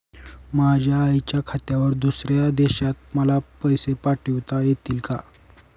माझ्या आईच्या खात्यावर दुसऱ्या देशात मला पैसे पाठविता येतील का?